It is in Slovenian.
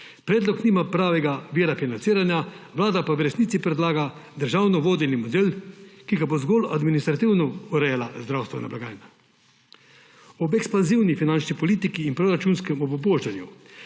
Predlog nima pravega vira financiranja, vlada pa v resnici predlaga državno vodeni model, ki ga bo zgolj administrativno urejala zdravstvena blagajna. Ob ekspanzivni finančni politiki in proračunskem obubožanju,